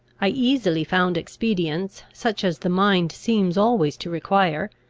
i easily found expedients, such as the mind seems always to require,